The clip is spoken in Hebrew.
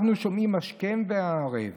אנחנו שומעים השכם והערב